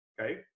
okay